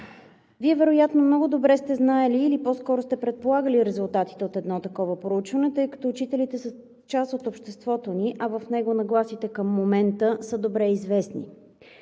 Вие вероятно много добре сте знаели или по-скоро сте предполагали резултатите от едно такова проучване, тъй като учителите са част от обществото ни, а в него нагласите към момента са добре известни.